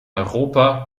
europa